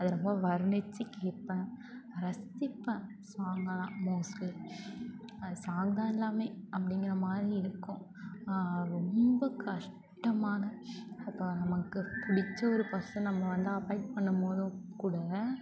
அது ரொம்ப வர்ணித்து கேட்பேன் ரசிப்பேன் சாங்கெல்லாம் மோஸ்ட்லி அது சாங் தான் எல்லாம் அப்படிங்கிற மாதிரி இருக்கும் ரொம்ப கஷ்டமான இப்போ நமக்கு பிடிச்ச ஒரு பர்ஸன் நம்மளை வந்து அவாய்ட் பண்ணும்போதும் கூட